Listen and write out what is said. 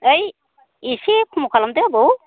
है एसे खम खालामदो आबौ